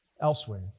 elsewhere